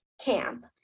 camp